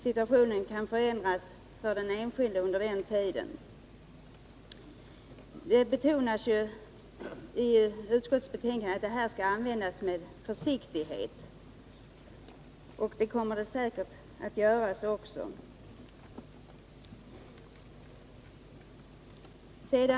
Situationen kan också förändras för den enskilde under den tiden. Vidare betonas det i utskottsbetänkandet att man här skall gå fram med försiktighet. Det kommer man säkert att göra.